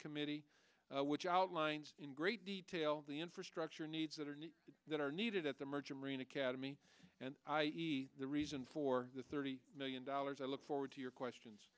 committee which outlines in great detail the infrastructure needs that are need that are needed at the merchant marine academy and i eat the reason for the thirty million dollars i look forward to your questions